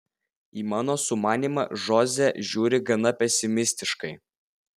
į mano sumanymą žoze žiūri gana pesimistiškai